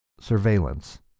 Surveillance